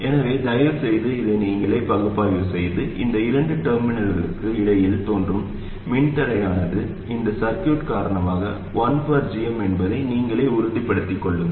எனவே தயவு செய்து இதை நீங்களே பகுப்பாய்வு செய்து இந்த இரண்டு டெர்மினல்களுக்கு இடையில் தோன்றும் மின்தடையானது இந்த சர்கியூட் காரணமாக 1 gm என்பதை நீங்களே உறுதிப்படுத்திக் கொள்ளுங்கள்